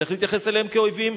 צריך להתייחס אליהם כאויבים,